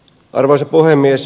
arvoisa puhemies